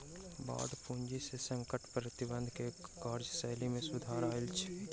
bond पूंजी से संकट प्रबंधन के कार्यशैली में सुधार आयल अछि